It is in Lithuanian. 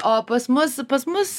o pas mus pas mus